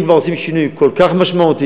אם כבר עושים שינוי כל כך משמעותי,